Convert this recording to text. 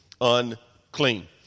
unclean